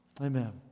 Amen